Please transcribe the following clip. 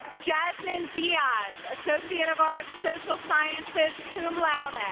jasmin diaz, associate of arts, social sciences, cum laude. and